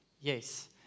Yes